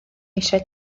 eisiau